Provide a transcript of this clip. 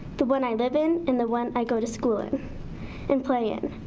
the one i live in, and the one i go to school in and play in.